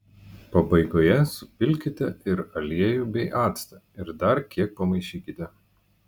pabaigoje supilkite ir aliejų bei actą ir dar kiek pamaišykite